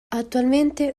attualmente